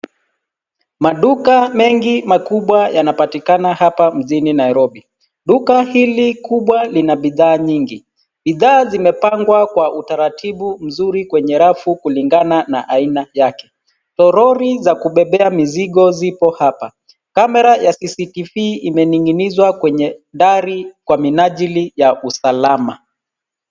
Maduka mengi makubwa yanapatikana hapa mjini Nairobi. Duka hili kubwa lina bidhaa nyingi, bidhaa zimepangwa kwa utaratibu mzuri kwenye rafu kulingana na aina yake. Toroli za kubebea mizigo zipo hapa. Kamera ya CCTV imening'inizwa kwenye dari kwa minajili ya usalama.